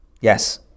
Yes